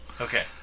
Okay